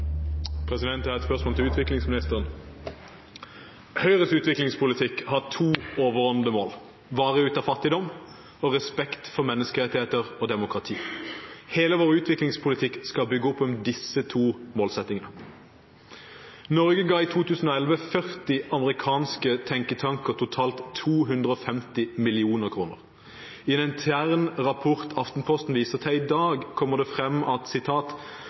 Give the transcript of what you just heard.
fattigdom og respekt for menneskerettigheter og demokrati. Hele vår utviklingspolitikk skal bygge opp om disse to målsettingene. Norge ga i 2011 40 amerikanske tenketanker totalt 250 mill. kr. I en intern rapport som Aftenposten viser til i dag, står det: